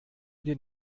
den